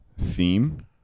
theme